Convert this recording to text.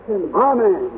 Amen